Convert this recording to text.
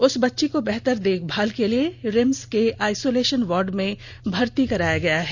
उस बच्ची को बेहतर देखभाल के लिए रिम्स के आईसोलेषन वार्ड में भर्ती कराया गया है